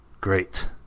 great